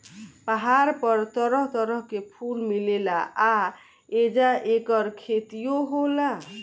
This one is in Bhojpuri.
पहाड़ पर तरह तरह के फूल मिलेला आ ऐजा ऐकर खेतियो होला